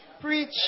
Preach